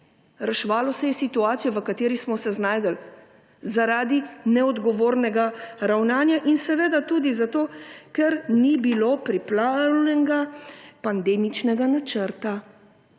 Reševalo se je situacije, v kateri smo se znašli, zaradi neodgovornega ravnanja in seveda tudi zato, ker ni bil pripravljen pandemični načrt